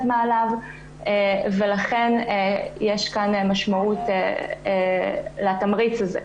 מעליו ולכן יש כאן משמעות לתמריץ הזה.